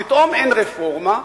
פתאום אין רפורמה,